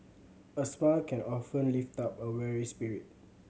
a smile can often lift up a weary spirit